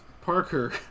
Parker